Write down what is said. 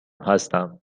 هستم